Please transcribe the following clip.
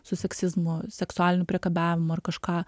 su seksizmu seksualiniu priekabiavimu ar kažką